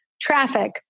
Traffic